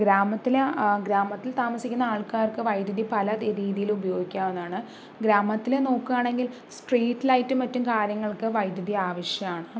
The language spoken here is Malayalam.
ഗ്രാമത്തില് ഗ്രാമത്തിൽ താമസിക്കുന്ന ആൾക്കാർക്ക് വൈദ്യുതി പല രീതിയില് ഉപയോഗിക്കാവുന്നതാണ് ഗ്രാമത്തിലെ നോക്കുകയാണെങ്കിൽ സ്ട്രീറ്റ് ലൈറ്റും മറ്റും കാര്യങ്ങൾക്ക് വൈദ്യുതി ആവശ്യമാണ്